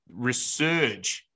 resurge